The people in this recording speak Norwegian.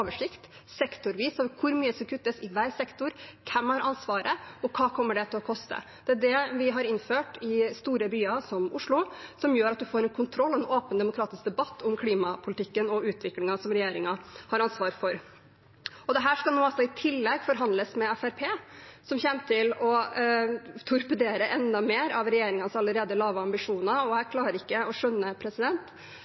oversikt over hvor mye som skal kuttes i hver sektor, hvem som har ansvaret, og hva det kommer til å koste. Det er det vi har innført i store byer som Oslo, og som gjør at man får en kontroll og en åpen og demokratisk debatt om klimapolitikken og utviklingen som regjeringen har ansvaret for. Dette skal man i tillegg forhandle om med Fremskrittspartiet, som kommer til å torpedere enda mer av regjeringens allerede lave ambisjoner. Jeg